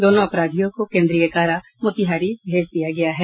दोनों अपराधियों को केन्द्रीय कारा मोतिहारी भेज दिया गया है